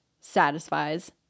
satisfies